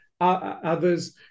Others